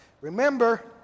Remember